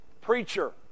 preacher